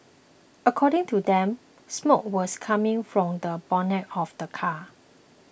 according to them smoke was coming from the bonnet of the car